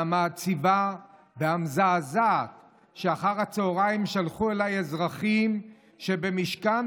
המעציבה והמזעזעת שאחר הצוהריים שלחו אליי אזרחים שבמשכן